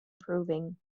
proving